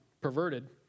perverted